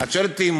את שואלת אותי,